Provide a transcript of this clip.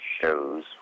shows